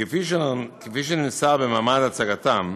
כפי שנמסר במעמד הצגת הנתונים,